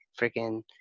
freaking